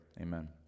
Amen